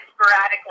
sporadically